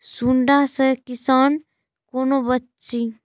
सुंडा से किसान कोना बचे?